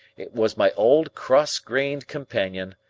it was my old cross-grained companion,